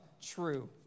true